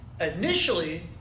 initially